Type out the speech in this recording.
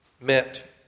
met